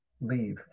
leave